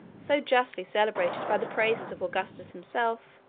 so justly celebrated by the praises of augustus himself,